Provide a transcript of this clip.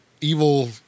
evil